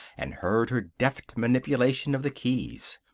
and heard her deft manipulation of the keys.